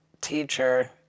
teacher